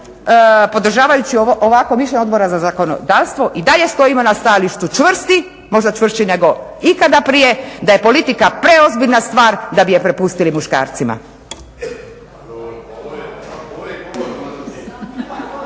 podržavajući ovakvo mišljenje Odbora za zakonodavstvo i dalje stojimo na stajalištu čvrsti, možda čvršći nego ikada prije, da je politika preozbiljna stvar da bi je prepustili muškarcima.